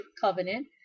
Covenant